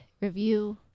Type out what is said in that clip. review